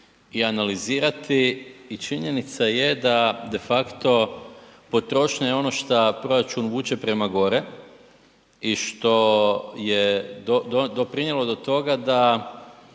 i analizirati. I činjenica je da de facto potrošnja je ono šta proračun vuče prema gore i što je doprinijelo do toga da